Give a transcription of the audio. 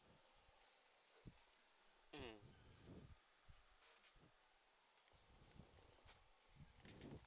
mmhmm